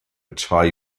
tie